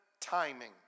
timing